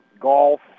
golf